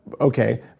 okay